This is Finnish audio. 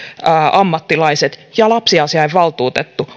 ammattilaiset ja lapsiasiainvaltuutettu